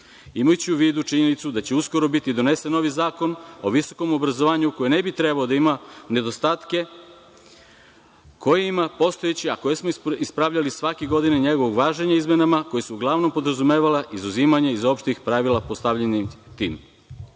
Imajući u vidu činjenicu da će uskoro biti donošen novi Zakon o visokom obrazovanju koji ne bi trebalo da ima nedostatke koji ima postojeći a koje smo ispravljali svake godine koje su uglavnom podrazumevale izuzimanje iz opštih pravila postavljenih.